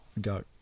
Go